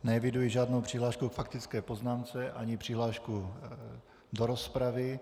Neeviduji žádnou přihlášku k faktické poznámce ani přihlášku do rozpravy.